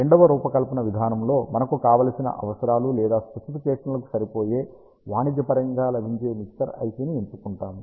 రెండవ రూపకల్పన విధానంలో మనకు కావలసిన అవసరాలు లేదా స్పెసిఫికేషన్లకు సరిపోయే వాణిజ్యపరంగా లభించే మిక్సర్ IC ని ఎంచుకుంటాము